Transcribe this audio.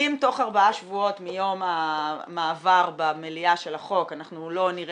אם תוך ארבעה שבועות מיום המעבר במליאה של החוק אנחנו לא נראה